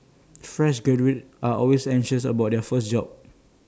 fresh graduates are always anxious about their first job